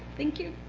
thank you.